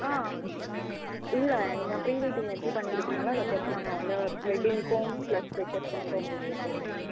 ஆ இல்லை நீங்கள் pre wedding எப்படி பண்ணி கொடுக்குறீங்களோ அதை பொறுத்து நாங்கள் வந்து வெட்டிங்க்கும் ப்ளஸ் ரிசப்ஷனுக்கும் உங்களுக்கு சொல்கிறோம்